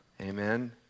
Amen